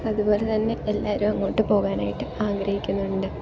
അതുപോലെ തന്നെ എല്ലാവരും അങ്ങോട്ട് പോകാനായിട്ട് ആഗ്രഹിക്കുന്നുണ്ട്